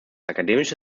akademische